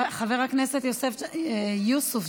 חבר הכנסת יוסף ג'בארין,